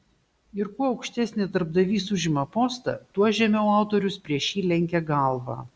ir kuo aukštesnį darbdavys užima postą tuo žemiau autorius prieš jį lenkia galvą